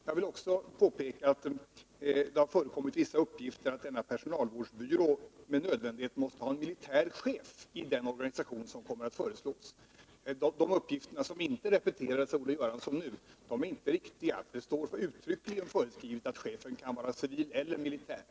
Jag vill också påpeka att det har förekommit vissa uppgifter om att denna personalvårdsbyrå — i den organisation som kommer att föreslås — med nödvändighet måste ha en militär chef. De uppgifterna, som inte repeterades av Olle Göransson, är inte riktiga. Det står uttryckligen föreskrivet att chefen kan vara civil eller militär.